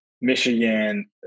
Michigan